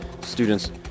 students